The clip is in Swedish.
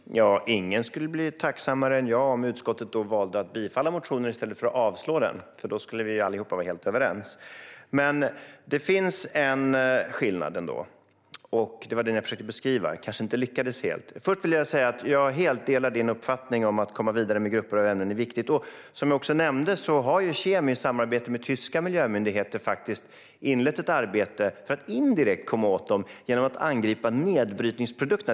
Fru talman! Ingen skulle bli tacksammare än jag om utskottet valde att tillstyrka motionen i stället för att avstyrka den, för då skulle vi alla vara helt överens. Det finns dock en skillnad. Det var den jag försökte beskriva, men jag lyckades kanske inte helt. Till att börja med delar jag helt din uppfattning att det är viktigt att komma vidare med grupper av ämnen. Som jag nämnde har KemI i samarbete med tyska miljömyndigheter inlett ett arbete för att indirekt komma åt dessa ämnen genom att angripa nedbrytningsprodukterna.